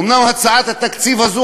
אומנם הצעת התקציב הזאת,